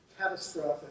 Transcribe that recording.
catastrophic